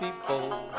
people